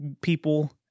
people